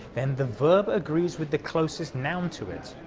then the verb agrees with the closest noun to it.